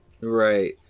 right